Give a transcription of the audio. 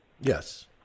Yes